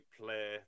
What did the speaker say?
play